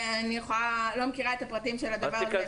אני לא מכירה את הפרטים של הדבר הזה.